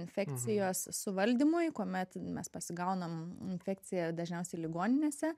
infekcijos suvaldymui kuomet mes pasigaunam infekciją dažniausiai ligoninėse